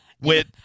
with-